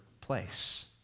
place